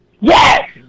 Yes